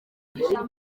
icyo